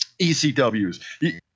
ECWs